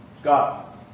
Scott